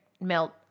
Melt